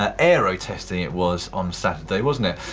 ah aero testing it was on saturday, wasn't it?